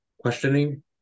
questioning